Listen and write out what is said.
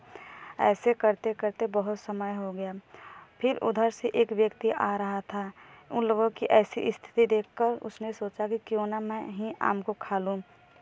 ऐसे करते करते बहुत समय हो गया फिर उधर से एक व्यक्ति आ रहा था उन लोगों की ऐसी स्थिति देखकर उसने सोचा कि क्यों ना मैं ही आम को खा लूँ